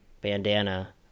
bandana